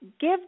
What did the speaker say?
Give